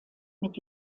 mit